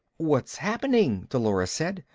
what's happening? dolores said.